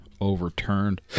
overturned